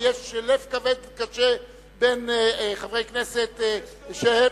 ויש לב כבד וקשה בין חברי כנסת שהם,